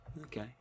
Okay